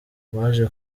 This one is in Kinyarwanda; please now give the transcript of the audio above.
baje